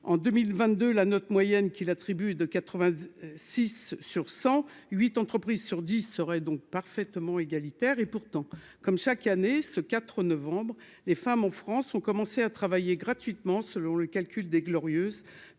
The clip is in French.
en 2022 la note moyenne qui attribue de 80 6 sur 100 8 entreprises sur 10 serait donc parfaitement égalitaire et pourtant, comme chaque année, ce 4 novembre les femmes en France ont commencé à travailler gratuitement, selon le calcul des glorieuses